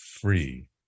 free